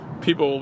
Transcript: people